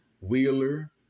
Wheeler